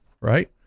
right